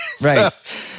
Right